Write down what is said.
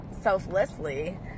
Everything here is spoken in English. selflessly